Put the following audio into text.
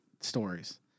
stories